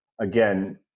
Again